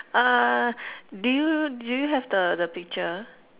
err do you do you have the the picture